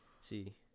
See